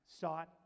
sought